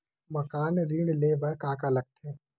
मकान ऋण ले बर का का लगथे?